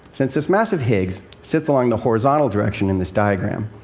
since this massive higgs sits along the horizontal direction in this diagram,